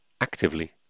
actively